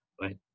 right